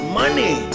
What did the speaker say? money